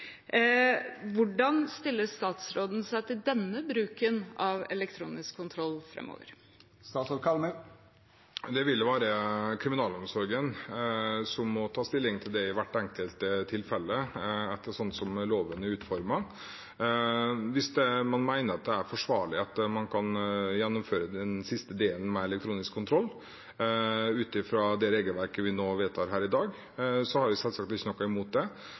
Hvordan stiller statsråden seg til denne bruken av elektronisk kontroll framover? Det vil være kriminalomsorgen som må ta stilling til det i hvert enkelt tilfelle, slik loven er utformet. Hvis man mener det er forsvarlig å gjennomføre den siste delen med elektronisk kontroll ut fra det regelverket vi vedtar her i dag, har jeg selvsagt ikke noe imot det.